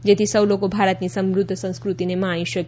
જેથી સૌ ભારતની સમૃદ્ધ સંસ્કૃતિને માણી શકે